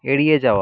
এড়িয়ে যাওয়া